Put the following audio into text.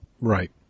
Right